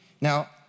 Now